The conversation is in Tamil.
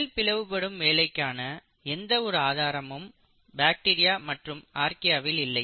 செல் பிளவுபடும் வேலைக்கான எந்த ஆதாரமும் பாக்டீரியா மற்றும் ஆர்க்கியாவில் இல்லை